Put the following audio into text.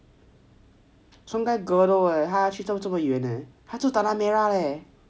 sungei gedong leh 需要去走这么远 leh 他住 tanah merah leh